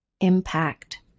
impact